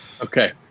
Okay